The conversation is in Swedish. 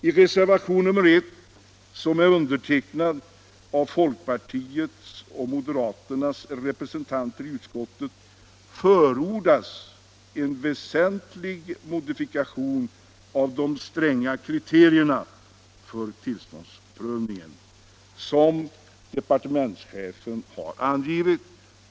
I reservationen 1, som är undertecknad av folkpartiets och moderaternas representanter i utskottet, förordas en väsentlig modifikation av de stränga kriterier för tillståndsprövning som departementschefen har angivit.